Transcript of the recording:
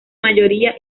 mayoría